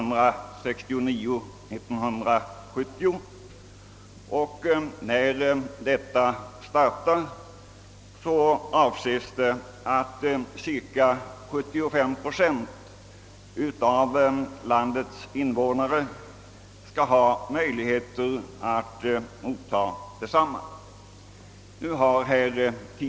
När detta program startar beräknar man att cirka 75 procent av landets invånare skall ha möjligheter att ta in det i sina apparater.